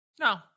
no